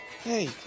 Hey